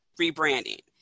rebranding